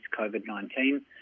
COVID-19